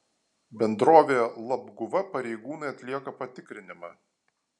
bendrovėje labguva pareigūnai atlieka patikrinimą